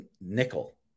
nickel